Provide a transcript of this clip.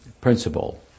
principle